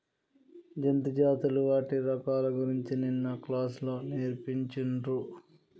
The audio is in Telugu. జంతు జాతులు వాటి రకాల గురించి నిన్న క్లాస్ లో నేర్పిచిన్రు